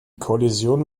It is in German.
kollision